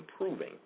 improving